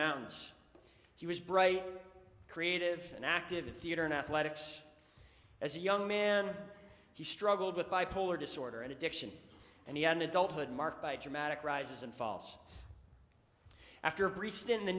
mountains he was bright creative and active in theater in athletics as a young man he struggled with bipolar disorder and addiction and he ended up good marked by dramatic rises and falls after a brief stint in the